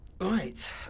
Right